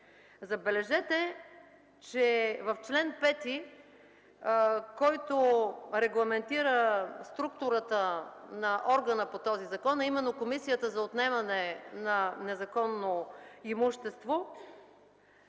Забележете, че в чл. 5, регламентиращ структурата на органа по този закон, а именно Комисията за отнемане на незаконно имущество,